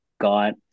God